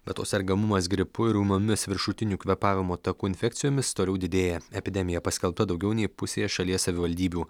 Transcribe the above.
be to sergamumas gripu ir ūmiomis viršutinių kvėpavimo takų infekcijomis toliau didėja epidemija paskelbta daugiau nei pusėje šalies savivaldybių